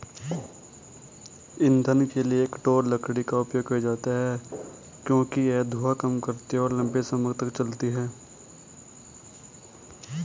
ईंधन के लिए कठोर लकड़ी का उपयोग किया जाता है क्योंकि यह धुआं कम करती है और लंबे समय तक जलती है